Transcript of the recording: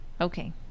Okay